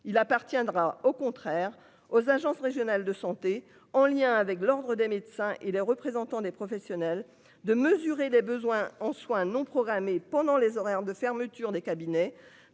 Il appartiendra au contraire aux agences régionales de santé en lien avec l'Ordre des médecins et les représentants des professionnels de mesurer les besoins en soins non programmés pendant les horaires de fermeture des cabinets